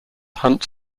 hunts